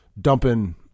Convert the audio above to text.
dumping